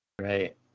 Right